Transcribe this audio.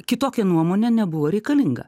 kitokia nuomonė nebuvo reikalinga